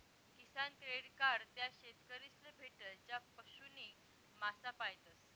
किसान credit card त्या शेतकरीस ले भेटस ज्या पशु नी मासा पायतस